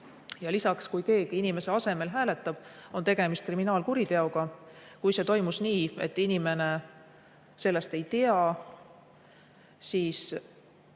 tagajärjed. Kui keegi inimese enda asemel hääletab, on tegemist kriminaalkuriteoga. Kui see toimus nii, et inimene sellest ei tea, siis